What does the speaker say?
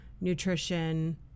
nutrition